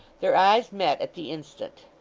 their eyes met at the instant.